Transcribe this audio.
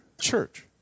church